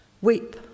Weep